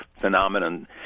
phenomenon